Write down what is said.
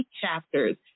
chapters